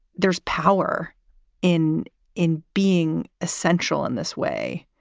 there's power in in being essential in this way.